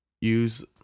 use